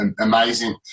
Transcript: amazing